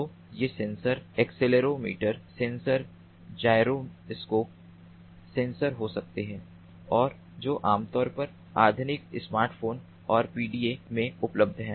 तो ये sensor accelerometer sensor gyroscope sensor हो सकते हैं और जो आमतौर पर आधुनिक स्मार्टफोन और पीडीए में उपलब्ध हैं